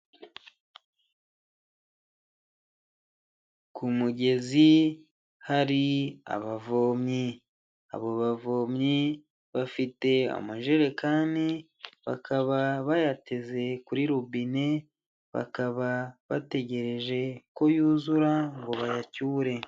Ku mugezi hari abavomyi abo bavomyi bafite amajerekani bakaba bayateze kuri robine bakaba bategereje ko yuzura ngo bayacyure.